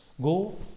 Go